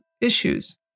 issues